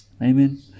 Amen